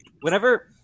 Whenever